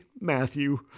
Matthew